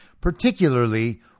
particularly